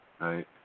Right